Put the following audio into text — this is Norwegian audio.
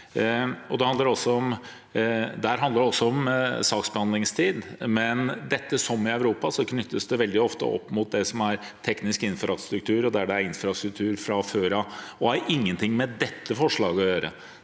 Det handler også om saksbehandlingstid, men dette, som i Europa, knyttes veldig ofte opp mot det som er teknisk infrastruktur, der det er infrastruktur fra før, og har ingen ting med dette forslaget å gjøre.